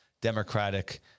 democratic